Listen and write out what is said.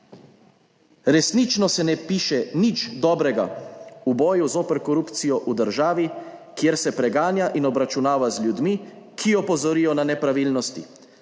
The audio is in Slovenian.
»Resnično se ne piše nič dobrega v boju zoper korupcijo v državi, kjer se preganja in obračunava z ljudmi, ki opozorijo na nepravilnosti.